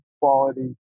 quality